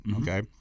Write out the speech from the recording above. Okay